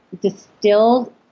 distilled